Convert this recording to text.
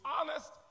honest